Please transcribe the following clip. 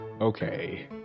Okay